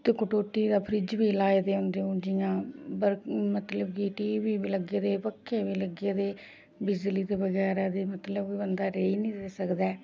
ते कटौती फ्रिज बी लाए दे होंदे हून जियां बर मतलब कि टी वी बी लग्गे दे पक्खे बी लग्गे दे बिजली बगैरा ते मतलब बंदा रेही नी सकदा ऐ